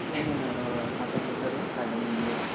ᱤᱧ ᱥᱟᱶᱛᱟ ᱥᱩᱥᱟ ᱨᱤᱭᱟ ᱥᱟᱜᱮᱱᱤᱧ ᱞᱟ ᱭᱮᱫᱟ